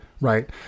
right